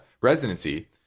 residency